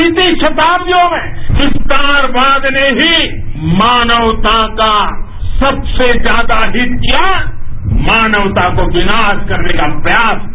बीती राताब्दियों में विस्तारवाद ने ही मानवता का सबसे ज्यादा अहित किया मानवता को विनाश करने का प्रयास किया